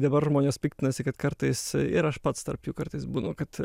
dabar žmonės piktinasi kad kartais ir aš pats tarp jų kartais būnu kad